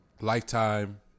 Lifetime